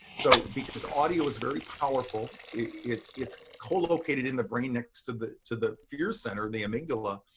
so because audio is very powerful. it's it's collocated in the brain next to the to the fear center, the amygdala.